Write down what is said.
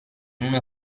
uno